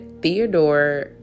Theodore